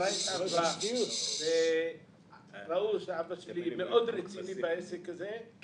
התערבה וראו שאבא שלי מאוד רציני בעסק הזה,